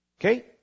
Okay